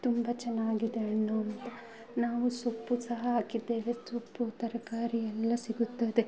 ತುಂಬ ಚೆನ್ನಾಗಿದೆ ಹಣ್ಣು ಅಂತ ನಾವು ಸೊಪ್ಪು ಸಹ ಹಾಕಿದ್ದೇವೆ ಸೊಪ್ಪು ತರಕಾರಿ ಎಲ್ಲ ಸಿಗುತ್ತದೆ